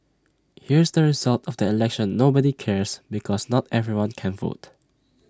here's the result of the election nobody cares because not everybody can vote